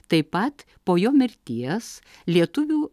taip pat po jo mirties lietuvių